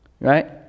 right